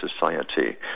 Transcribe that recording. society